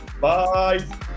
Bye